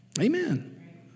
Amen